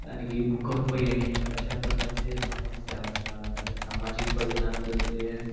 आणखी भूकंप येणे अशा प्रकारचे समस्या असतात आणि सामाजिक परिणाम जसे